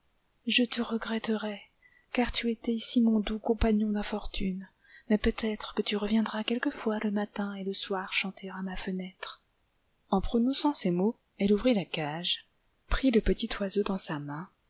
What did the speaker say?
je te regretterai car tu étais ici mon doux compagnon d'infortune mais peut-être que tu reviendras quelquefois le matin et le soir chanter à ma fenêtre en prononçant ces mots elle ouvrit la cage prit le petit oiseau dans sa main